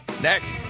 next